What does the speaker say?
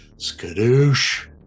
skadoosh